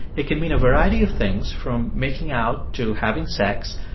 it can mean a variety of things, from making out to having sex.